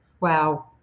Wow